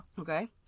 Okay